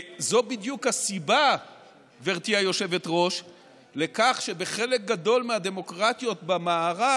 זו בדיוק הסיבה כך שבחלק גדול מהדמוקרטיות במערב,